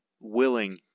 willing